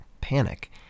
panic